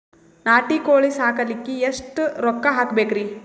ನಾಟಿ ಕೋಳೀ ಸಾಕಲಿಕ್ಕಿ ಎಷ್ಟ ರೊಕ್ಕ ಹಾಕಬೇಕ್ರಿ?